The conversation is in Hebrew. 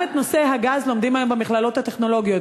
גם את נושא הגז לומדים היום במכללות הטכנולוגיות,